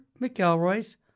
McElroy's